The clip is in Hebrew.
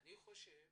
אני חושב